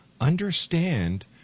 understand